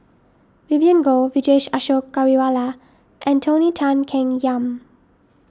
Vivien Goh Vijesh Ashok Ghariwala and Tony Tan Keng Yam